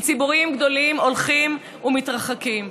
כי ציבורים גדולים הולכים ומתרחקים.